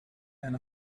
and